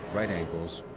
right angles,